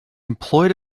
employed